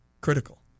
critical